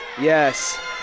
Yes